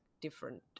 different